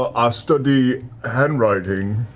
ah ah study handwriting.